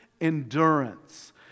endurance